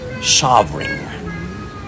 sovereign